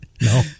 No